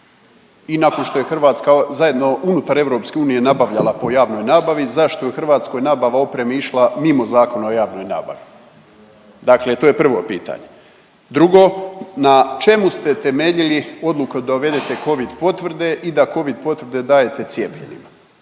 i nakon što je Hrvatska, zajedno unutar EU nabavljala po javnoj nabavi, zašto je u Hrvatskoj nabava opreme išla mimo Zakona o javnoj nabavi? Dakle to je prvo pitanje. Drugo, na čemu ste temeljili odluke da uvedete Covid potvrde i da Covid potvrde dajete cijepljenima,